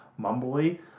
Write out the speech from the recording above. mumbly